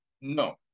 No